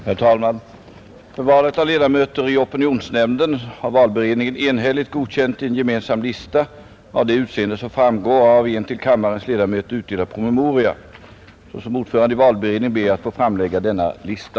Herr talman! För valet av ledamöter i opinionsnämnden har valberedningen enhälligt godkänt en gemensam lista av det utseende som framgår av en till kammarens ledamöter utdelad promemoria. Såsom ordförande i valberedningen ber jag att få framlägga denna lista.